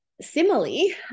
similarly